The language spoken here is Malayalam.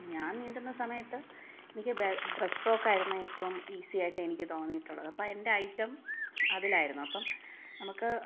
ഞാന് നീന്തുന്ന സമയത്ത് എനിക്ക് ബ്രസ്ട്രോക്കാരുന്നു ഏറ്റവും ഈസിയായിട്ട് എനിക്ക് തോന്നിയിട്ടൂള്ളത് അപ്പോൾ എന്റെ ഐറ്റം അതിലായിരുന്നു അപ്പം നമുക്ക്